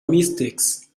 mistakes